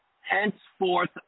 henceforth